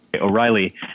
O'Reilly